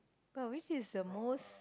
oh this is the most